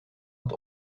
het